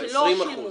20%. שלא שילמו.